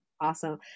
Awesome